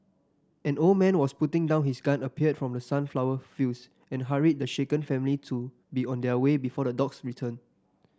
an old man was putting down his gun appeared from the sunflower fields and hurried the shaken family to be on their way before the dogs return